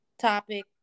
topic